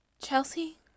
Chelsea